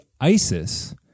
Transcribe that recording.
ISIS